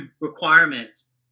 requirements